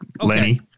Lenny